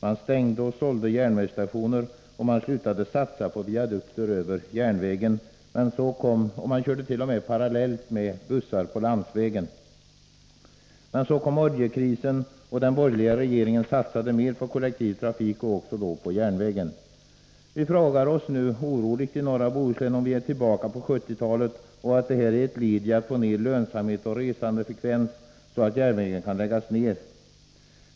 Man stängde och sålde järnvägsstationer, och man slutade att satsa på viadukter över järnvägen. Man körde t.o.m. parallellt med bussar på landsvägen. Men så kom oljekrisen, och den borgerliga regeringen satsade mer på kollektiv trafik och då också på järnvägen. Vi frågar oss nu oroligt i norra Bohuslän om vi är tillbaka i 1970-talet och om detta är ett led i strävandena att få ned lönsamhet och resandefrekvens, så att järnvägen kan läggas ned.